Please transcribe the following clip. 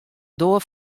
doar